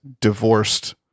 divorced